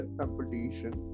competition